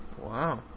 Wow